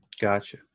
Gotcha